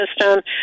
system